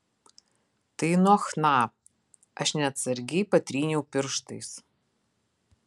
tai nuo chna aš neatsargiai patryniau pirštais